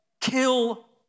kill